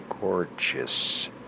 gorgeous